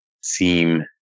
seem